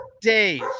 days